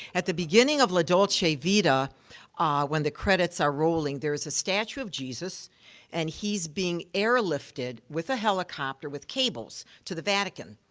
at the beginning of la dolce vita when the credits are rolling, there is a statue of jesus and he's being airlifted with a helicopter, with cables, to the vatican.